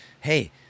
hey